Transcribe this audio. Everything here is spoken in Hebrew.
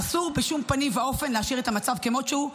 אסור בשום פנים ואופן להשאיר את המצב כמו שהוא.